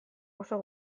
oso